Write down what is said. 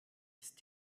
ist